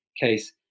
case